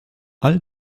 all